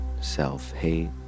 self-hate